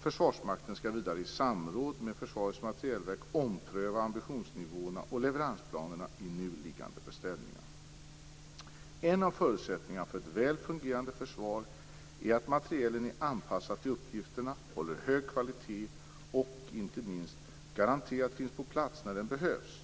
Försvarsmakten skall vidare i samråd med Försvarets materielverk ompröva ambitionsnivåerna och leveransplanerna i nu liggande beställningar. En av förutsättningarna för ett väl fungerande försvar är att materielen är anpassad till uppgifterna, håller hög kvalitet och, inte minst, garanterat finns på plats när den behövs.